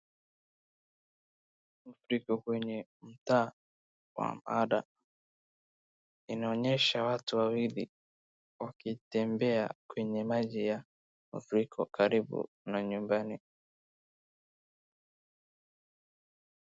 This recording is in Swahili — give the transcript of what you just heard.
mafuriko kwenye mtaa wa mabada. inaonyesha watu wawili wakitembea kwenye maji ya mafuriko karibu na nyumbani.